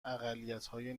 اقلیتهای